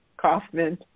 kaufman